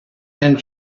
and